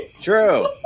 true